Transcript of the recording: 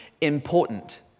important